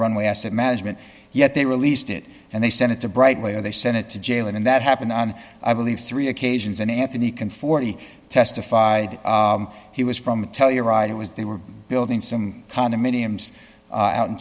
runway asset management yet they released it and they sent it to brightly they sent it to jail and that happened and i believe three occasions and anthony can forty testified he was from the telluride it was they were building some condominiums out in